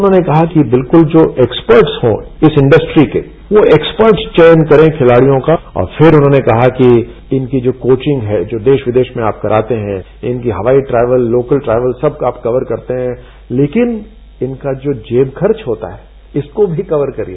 उन्होंने कहा कि बिल्कुल जो एक्सपर्टस हो इस इंड्रस्ट्री के वो एक्सपर्टस चयन करें खिलाडियों का और फ्रिर उन्होंने कहा कि इनकी जो कोविंग है जो देग्न विदेश में आप कराते हैं इनके हवाई ट्रेक्त लोकल ट्रेक्त सब आप कवर करते हैं लेकिन इनका जो जेब खर्च होता है इसको भी कवर करिए